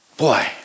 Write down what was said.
boy